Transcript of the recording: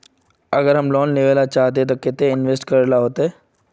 अगर हम लोन लेना चाहते तो केते इंवेस्ट करेला पड़ते?